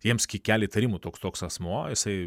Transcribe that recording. jiems kelia įtarimų toks toks asmuo jisai